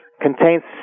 contains